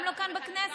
גם לא כאן בכנסת,